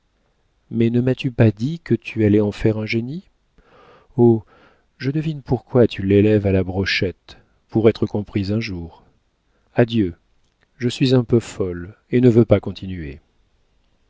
mais ne m'as-tu pas dit que tu allais en faire un génie oh je devine pourquoi tu l'élèves à la brochette pour être comprise un jour adieu je suis un peu folle et ne veux pas continuer